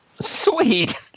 Sweet